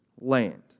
land